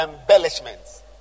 embellishments